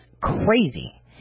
crazy